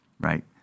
Right